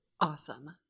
awesome